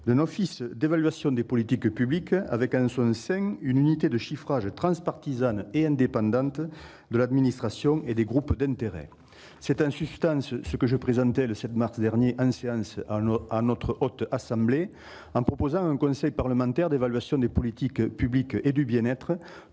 d'« un office d'évaluation des politiques publiques, avec en son sein une unité de chiffrage transpartisane et indépendante de l'administration et des groupes d'intérêt ». C'est en substance ce que je présentais le 7 mars dernier, en séance publique, devant notre Haute Assemblée, en proposant un conseil parlementaire d'évaluation des politiques publiques et du bien-être,